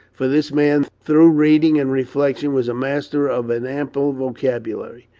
for this man, through reading and reflection, was master of an ample vocabulary.